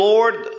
Lord